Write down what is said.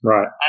Right